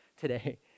today